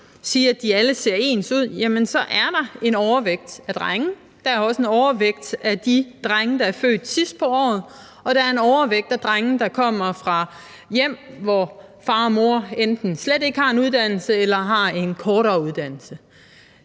siger, at de alle ser ens ud, er en overvægt af drenge, og der er også en overvægt af drenge, der er født sidst på året, og der er en overvægt af drenge, der kommer fra hjem, hvor far og mor enten slet ikke har en uddannelse eller har en kortere uddannelse.